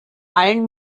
allen